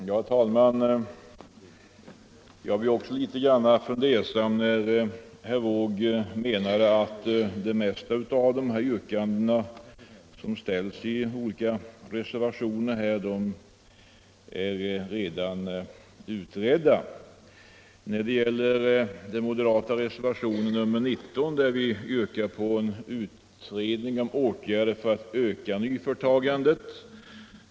Herr talman! Jag blev också litet fundersam när jag hörde herr Wååg säga att de flesta av de frågor som tas upp i olika reservationer redan är utredda. I den moderata reservationen 19 yrkar vi på en utredning om åtgärder för att öka nyföretagandet.